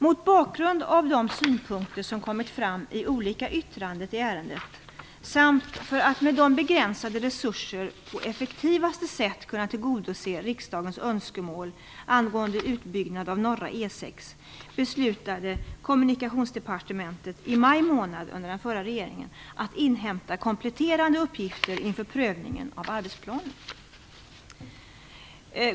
Mot bakgrund av de synpunkter som kommit fram i olika yttranden i ärendet samt för att med begränsade resurser på effektivaste sätt kunna tillgodose riksdagens önskemål angående utbyggnad av norra E 6 beslutade Kommunikationsdepartementet i maj månad, under den förra regeringen, att inhämta kompletterande uppgifter inför prövningen av arbetsplanen.